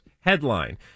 headline